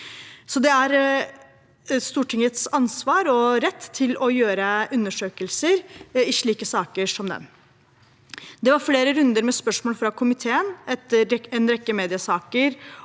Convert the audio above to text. Det er Stortingets ansvar og rett å gjøre undersøkelser i slike saker som den. Det var flere runder med spørsmål fra komiteen etter en rekke mediesaker